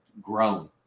grown